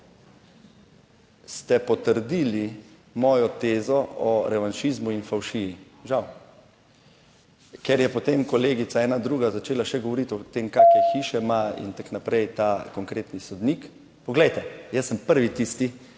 ste potrdili mojo tezo o revanšizmu in fovšiji, žal, ker je potem kolegica ena druga začela še govoriti o tem kakšne hiše ima in tako naprej ta konkretni sodnik. Poglejte, jaz sem prvi tisti,